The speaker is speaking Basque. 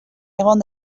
egon